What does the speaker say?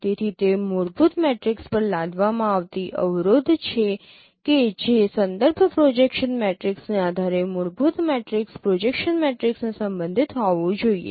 તેથી તે મૂળભૂત મેટ્રિક્સ પર લાદવામાં આવતી અવરોધ છે કે જે સંદર્ભ પ્રોજેકશન મેટ્રિક્સને આધારે મૂળભૂત મેટ્રિક્સ પ્રોજેક્શન મેટ્રિક્સને સંબંધિત હોવું જોઈએ